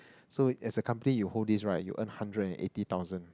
so as a company you hold this right you earn hundred and eighty thousand